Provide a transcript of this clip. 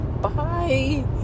bye